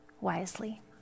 wisely